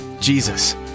Jesus